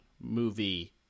movie